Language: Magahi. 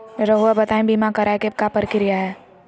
रहुआ बताइं बीमा कराए के क्या प्रक्रिया होला?